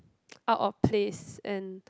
out of place and